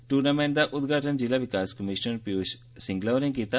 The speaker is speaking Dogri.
टूर्नामेंट दा उदघाटन जिला विकास कमीशनर पीयूष सिंगला होरें कीता